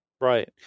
right